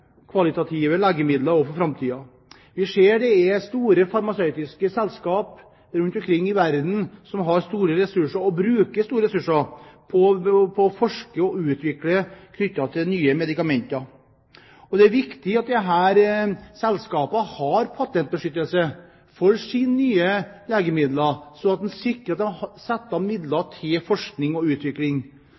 ser at store farmasøytiske selskaper rundt omkring i verden bruker store ressurser på forskning og utvikling knyttet til nye medikamenter. Det er viktig at disse selskapene har patentbeskyttelse for sine nye legemidler slik at en sikrer midler til forskning og utvikling. Samtidig kan ikke denne patentbeskyttelsen vare over så lang tid at nye legemidler som både kan være bedre og